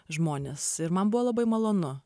žmonės ir man buvo labai malonu